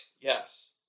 Yes